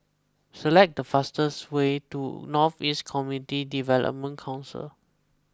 select the fastest way to North East Community Development Council